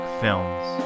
films